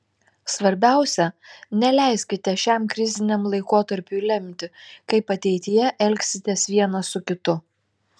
svarbiausia neleiskite šiam kriziniam laikotarpiui lemti kaip ateityje elgsitės vienas su kitu